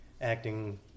acting